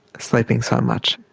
sleeping so much.